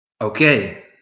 Okay